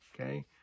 Okay